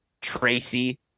Tracy